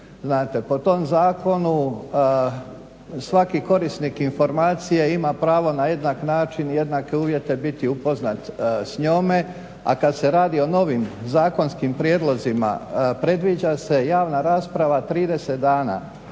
Znate, po tom zakonu svaki korisnik informacije ima pravo na jednak način i jednake uvjete biti upoznat s njome, a kad se radi o novim zakonskim prijedlozima predviđa se javna rasprava 30 dana.